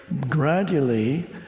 Gradually